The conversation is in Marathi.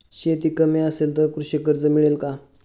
शेती कमी असेल तर कृषी कर्ज मिळेल का?